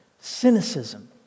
cynicism